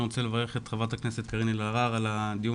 אני רוצה לברך את חברת הכנסת קארין אלהרר על הדיון